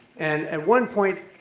and at one point,